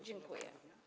Dziękuję.